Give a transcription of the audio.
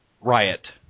Riot